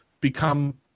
become